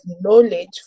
knowledge